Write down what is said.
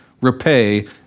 repay